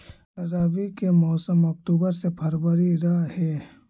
रब्बी के मौसम अक्टूबर से फ़रवरी रह हे